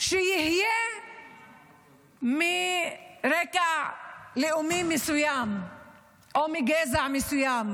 יהיה מרקע לאומי מסוים או מגזע מסוים,